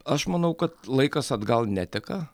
aš manau kad laikas atgal neteka